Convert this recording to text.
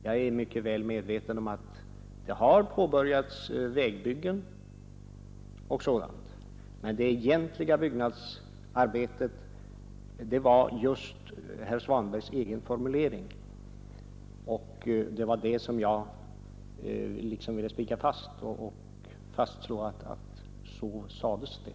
Jag är mycket väl medveten om att det har påbörjats vägbyggen och sådant men att ”det egentliga byggnadsarbetet” ännu inte tagit sin början var just herr Svanbergs egen formulering. Jag ville slå fast att så sades det.